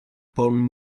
porn